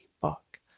Fuck